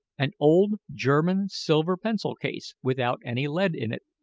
an old german-silver pencil-case without any lead in it.